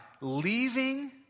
leaving